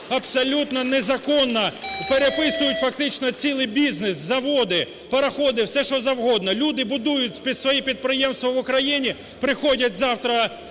абсолютно незаконно переписують фактично цілий бізнес, заводи, параходы, все, що завгодно. Люди будують свої підприємства в Україні, приходять завтра